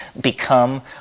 become